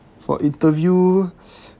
for interview